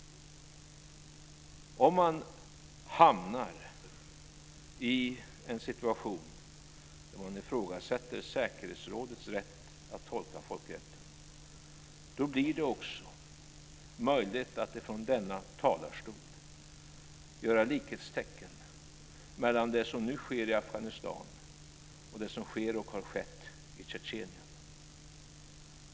Om man hamnar i en situation där man ifrågasätter säkerhetsrådets rätt att tolka folkrätten blir det också möjligt att ifrån denna talarstol göra likhetstecken mellan det som nu sker i Afghanistan och det som sker och har skett i Tjetjenien.